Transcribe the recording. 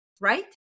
right